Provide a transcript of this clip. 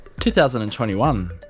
2021